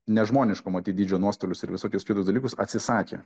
nežmoniško matyt dydžio nuostolius ir visokius kitus dalykus atsisakė